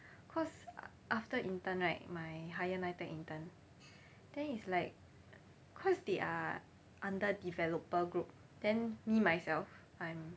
cause after intern right my higher N_I_T_E_C intern then it's like cause they are under developer group then me myself I'm